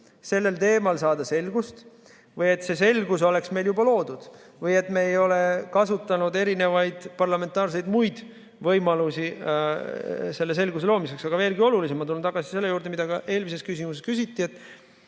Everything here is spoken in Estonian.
sellel teemal saada selgust või et see selgus oleks meil juba loodud või et me ei oleks kasutanud erinevaid parlamentaarseid muid võimalusi selle selguse loomiseks. Aga veelgi olulisem, ma tulen tagasi selle juurde, mida ka eelmises küsimuses küsiti.